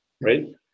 Right